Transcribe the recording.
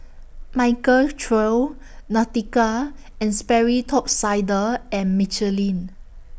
Michael Trio Nautica and Sperry Top Sider and Michelin